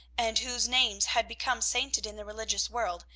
and whose names had become sainted in the religious world,